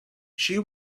she